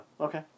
okay